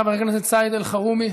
חבר הכנסת סעיד אלחרומי.